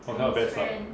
what kind of bad stuff